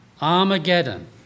Armageddon